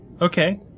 Okay